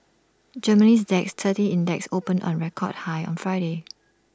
Germany's Dax thirty index opened on A record high on Friday